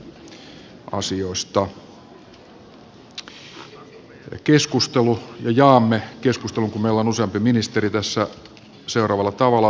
jaamme keskustelun kun meillä on useampi ministeri seuraavalla tavalla